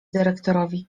dyrektorowi